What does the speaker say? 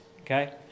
Okay